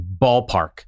ballpark